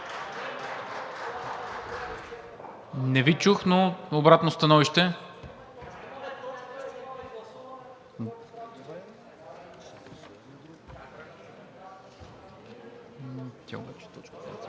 Не Ви чух, но – обратно становище?